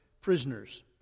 prisoners